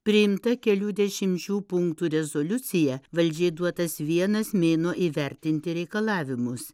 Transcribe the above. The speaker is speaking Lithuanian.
priimta kelių dešimčių punktų rezoliucija valdžiai duotas vienas mėnuo įvertinti reikalavimus